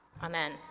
Amen